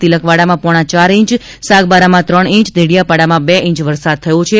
તિલકવાડામાં પોણા ચાર ઇંચ સાગબારામાં ત્રણ ઇંચ દેડીયાપાડામાં બે ઇંચ વરસાદ થયો છે